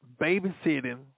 babysitting